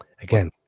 Again